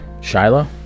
Shiloh